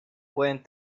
pueden